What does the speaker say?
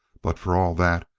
but for all that,